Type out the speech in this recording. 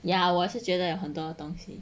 ya 我是觉得有很多东西